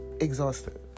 exhausted